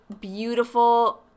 beautiful